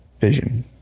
vision